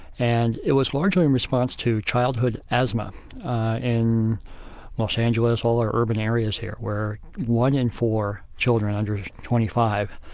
and it was largely in response to childhood asthma in los angeles, all urban areas here were one in four children under twenty five,